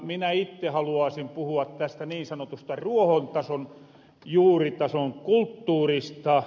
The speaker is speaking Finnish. minä itte haluaasin puhua tästä niin sanotusta ruohontason juuritason kulttuurista